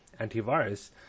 Antivirus